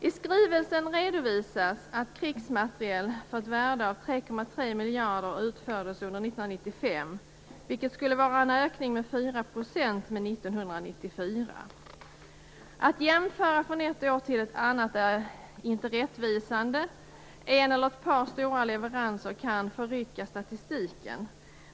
I skrivelsen redovisas att krigsmateriel för ett värde av 3,3 miljarder kronor utfördes under 1995, vilket skulle vara en ökning med 4 % Att göra jämförelser från ett år till ett annat är inte rättvisande. En eller ett par stora leveranser kan förrycka statistiken.